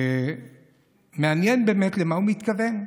ומעניין למה הוא מתכוון,